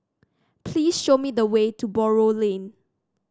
please show me the way to Buroh Lane